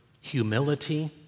humility